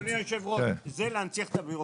אדוני היושב ראש, זה להנציח את הבירוקרטיה.